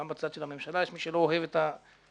גם בצד של הממשלה יש מי שלא אוהב אף